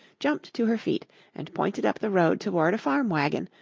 jumped to her feet and pointed up the road toward a farm wagon,